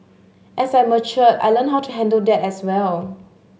as I matured I learnt how to handle that as well